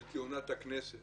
של כהונת הכנסת.